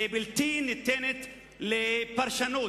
ובלתי ניתנת לפרשנות,